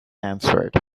answered